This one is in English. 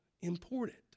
important